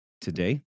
today